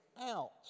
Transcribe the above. out